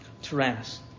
Tyrannus